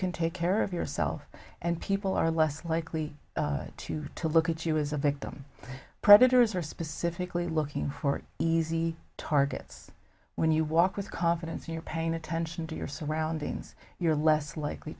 can take care of yourself and people are less likely to to look at you as a victim predators are specifically looking for easy targets when you walk with confidence you're paying attention to your surroundings you're less likely